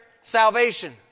salvation